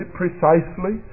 precisely